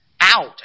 out